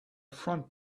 front